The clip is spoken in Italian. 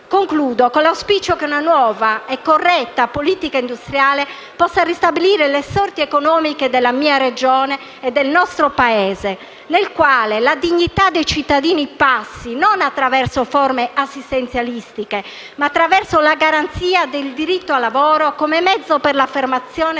Concludo con l'auspicio che una nuova e corretta politica industriale possa ristabilire le sorti economiche della mia Regione e del nostro Paese, nel quale la dignità dei cittadini passi, non attraverso forme assistenzialistiche, ma attraverso la garanzia del diritto al lavoro come mezzo per l'affermazione della